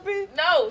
no